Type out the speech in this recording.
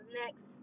next